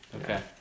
Okay